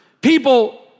people